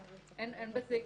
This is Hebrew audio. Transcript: אין בזה היגיון.